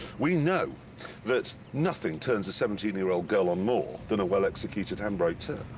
we know that nothing turns a seventeen year old girl on more than a well-executed handbrake turn.